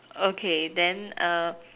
okay then err